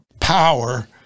power